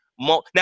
now